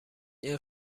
این